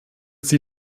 sie